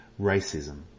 racism